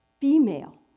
female